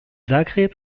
zagreb